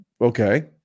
okay